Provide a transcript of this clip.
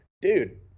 dude